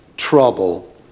Trouble